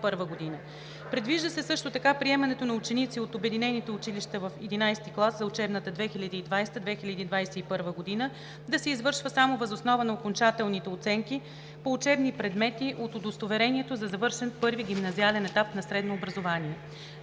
Предвижда се също така приемането на ученици от обединените училища в XI клас за учебната 2020/2021 г. да се извършва само въз основа на окончателните оценки по учебни предмети от удостоверението за завършен първи гимназиален етап на средно образование.